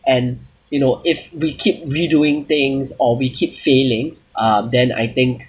and you know if we keep redoing things or we keep failing uh then I think